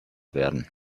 werden